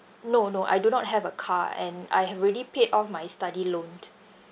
no no I do not have a car and I have already paid off my study loan